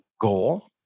goal